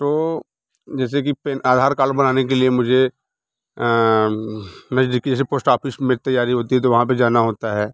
तो जैसे कि पेन आधार कार्ड बनाने के लिए मुझे नज़दीकी जैसे पोस्ट आफिस में तैयारी होती है तो वहाँ पर जाना होता है